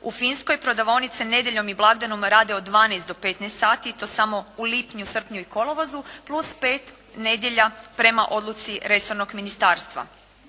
U Finskoj, prodavaonice nedjeljom i blagdanom rade od 12 do 15 sati i to samo u lipnju, srpnju i kolovozu, plus 5 nedjelja prema odluci resornog ministarstva.